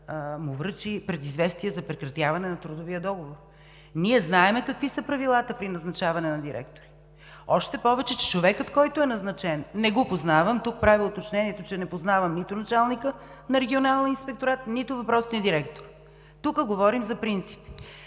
му връчи предизвестие за прекратяване на трудовия договор? Ние знаем какви са правилата при назначаване на директори. Още повече че човекът, който е назначен – не го познавам, правя уточнението, че не познавам нито началника на Регионалния инспекторат, нито въпросния директор. Тук говорим за принципи.